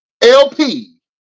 LP